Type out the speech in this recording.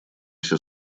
все